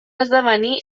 esdevenir